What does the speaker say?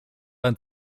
ein